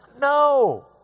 No